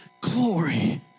glory